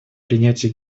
принятие